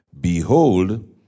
Behold